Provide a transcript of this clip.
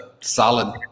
solid